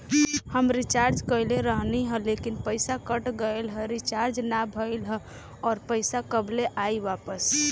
हम रीचार्ज कईले रहनी ह लेकिन पईसा कट गएल ह रीचार्ज ना भइल ह और पईसा कब ले आईवापस?